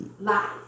Lie